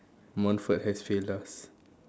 Montfort has failed us